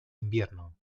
invierno